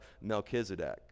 Melchizedek